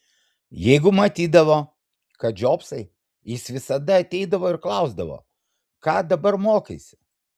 jeigu matydavo kad žiopsai jis visada ateidavo ir klausdavo ką dabar mokaisi